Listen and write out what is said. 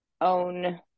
own